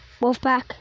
Wolfpack